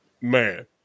man